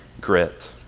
grit